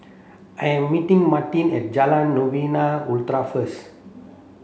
I am meeting Martine at Jalan Novena Utara first